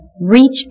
reach